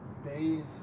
Days